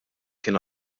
kien